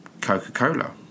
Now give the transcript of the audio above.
Coca-Cola